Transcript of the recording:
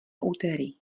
úterý